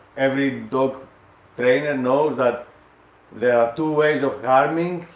every dog trainer knows that there are two ways of harming